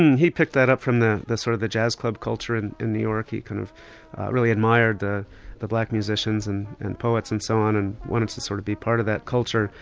he picked that up from the the sort of the jazz club culture in in new york and he kind of really admired the the black musicians and and poets and so on and wanted to sort of be part of that culture.